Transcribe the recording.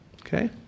Okay